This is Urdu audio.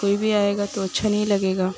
کوئی بھی آئے گا تو اچھا نہیں لگے گا